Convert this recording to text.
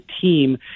team